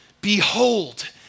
Behold